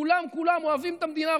כולם כולם אוהבים את המדינה,